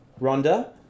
Rhonda